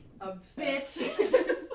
bitch